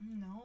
no